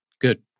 Good